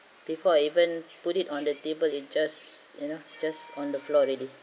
before I even put it on the table it just you know just on the floor already